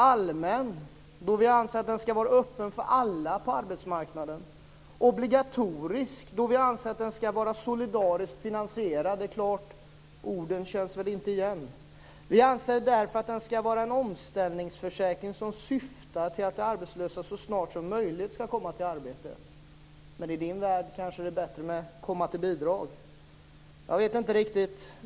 Allmän, då vi anser att den ska vara öppen för alla på arbetsmarknaden. Obligatorisk, då vi anser att den ska vara solidariskt finansierad. Det är klart att orden inte känns igen. Vi anser därför att det ska vara en omställningsförsäkring som syftar till att de arbetslösa så snart som möjligt ska komma till arbete. Men i din värld kanske det är bättre att komma till bidrag. Jag vet inte riktigt.